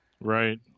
right